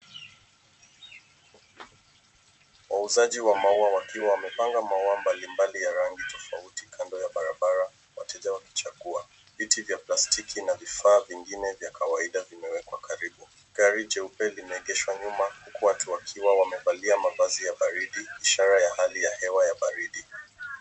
Wauzaji wa maua wakiwa wamepanga maua mbali mbali ya rangi tofauti kando ya barabara wateja wakichagua. Viti vya plastiki na vifaa vingine vya kawaida vimewekwa karibu. Gari jeupe limeegeshwa nyuma huku watu wakiwa wamevalia mavazi ya baridi ishara ya hali ya hewa ya baridi.